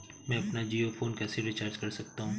मैं अपना जियो फोन कैसे रिचार्ज कर सकता हूँ?